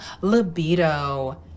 libido